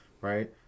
right